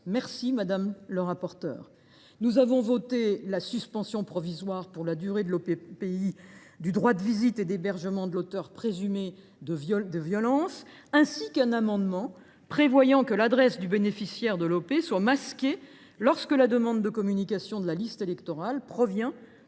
remercie, madame le rapporteur. Nous avons voté la suspension provisoire, pour la durée de l’OPPI, du droit de visite et d’hébergement de l’auteur présumé de violences, ainsi qu’un amendement tendant à ce que l’adresse du bénéficiaire de l’OP soit masquée lorsque la demande de communication de la liste électorale provient